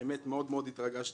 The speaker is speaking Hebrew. האמת, מאוד מאוד התרגשתי